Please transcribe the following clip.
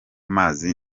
amazi